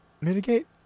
mitigate